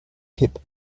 kipp